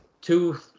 two